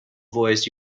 voice